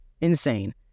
Insane